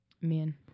Men